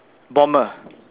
bomber